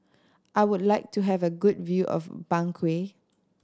I would like to have a good view of Bangui